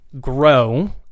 grow